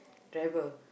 driver